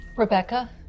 Rebecca